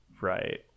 right